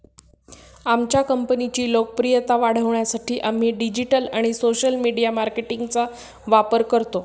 आमच्या कंपनीची लोकप्रियता वाढवण्यासाठी आम्ही डिजिटल आणि सोशल मीडिया मार्केटिंगचा वापर करतो